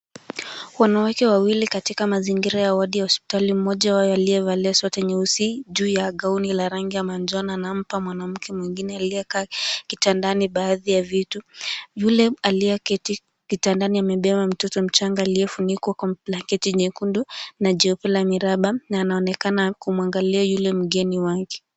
Wanawake wawili katika mazingira ya wodi ya hospitali, mmoja wao akiwa amevalia sweta jeusi juu ya gauni la rangi ya manjano. Anampa mwanamke mwingine aliyekaa kitandani baadhi ya vitu. Yule aliyeketi kitandani amembeba mtoto mchanga liyefunikwa kwa blanketi nyekundu na jeupe la miraba, na anaonekana kumwangalia yule mgeni wake.